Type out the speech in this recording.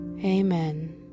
Amen